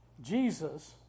Jesus